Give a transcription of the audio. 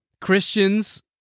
Christians